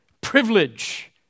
privilege